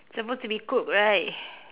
supposed to be cooked right